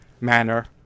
manner